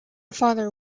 father